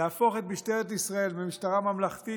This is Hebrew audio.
להפוך את משטרת ישראל ממשטרה ממלכתית,